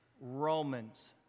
Romans